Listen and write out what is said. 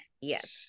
yes